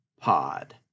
Pod